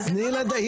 תני לה לדבר.